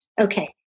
Okay